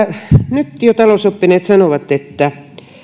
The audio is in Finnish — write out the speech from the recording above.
nyt jo talousoppineet sanovat että